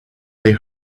they